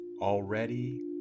already